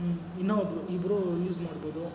ಹ್ಞೂ ಇನ್ನು ಒಬ್ಬರು ಇಬ್ರು ಯೂಸ್ ಮಾಡ್ಬೋದು